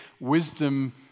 wisdom